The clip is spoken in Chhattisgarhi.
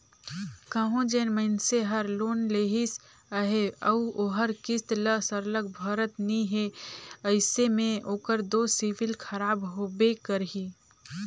कहों जेन मइनसे हर लोन लेहिस अहे अउ ओहर किस्त ल सरलग भरत नी हे अइसे में ओकर दो सिविल खराब होबे करही